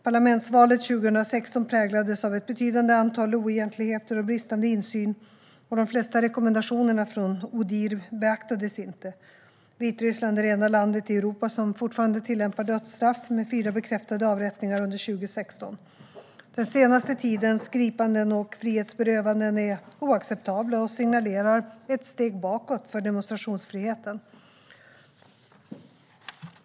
Parlamentsvalet 2016 präglades av ett betydande antal oegentligheter och bristande insyn, och de flesta rekommendationerna från Odihr beaktades inte. Vitryssland är det enda land i Europa som fortfarande tillämpar dödsstraff, med fyra bekräftade avrättningar under 2016. Den senaste tidens gripanden och frihetsberövanden är oacceptabla och signalerar ett steg bakåt för demonstrationsfriheten.